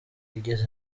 igeze